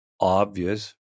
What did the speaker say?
obvious